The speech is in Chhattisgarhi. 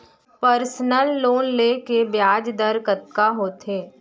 पर्सनल लोन ले के ब्याज दर कतका होथे?